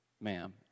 ma'am